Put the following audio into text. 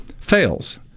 fails